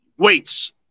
Weights